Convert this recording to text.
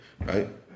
right